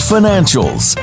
Financials